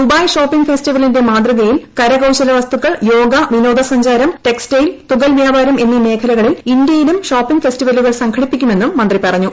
Dubai shopping ഫെസ്റ്റിവലിന്റെ മാതൃകയിൽ കരകൌശലവസ്തുക്കൾ യോഗ വിനോദസഞ്ചാരം ടെക്സ്റ്റൈയിൽ തുകൽവ്യാപാരം എന്നീ മേഖലകളിൽ ഇന്ത്യയിലും ഷോപിംഗ് ഫെസ്റ്റിവലുകൾ സംഘടിപ്പിക്കുമെന്നും മന്ത്രി പറഞ്ഞു